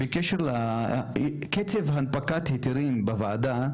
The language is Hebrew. קצב הנפקת היתרים בוועדה,